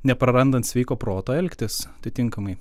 neprarandant sveiko proto elgtis atitinkamai